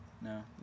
No